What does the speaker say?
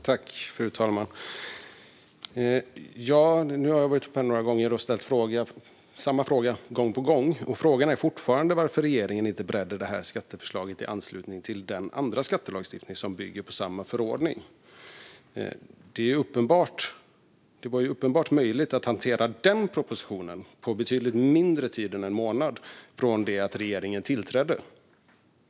Fru talman! Nu har jag varit uppe några gånger och ställt samma fråga gång på gång. Frågan är fortfarande varför regeringen inte beredde det här skatteförslaget i anslutning till den andra skattelagstiftning som bygger på samma förordning. Det var uppenbarligen möjligt att hantera den propositionen på betydligt kortare tid än en månad från det att regeringen tillträdde.